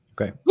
Okay